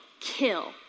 kill